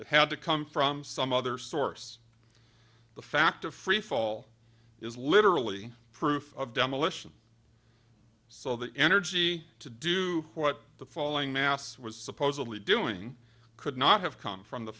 it had to come from some other source the fact of freefall is literally proof of demolition so the energy to do what the falling mass was supposedly doing could not have come from the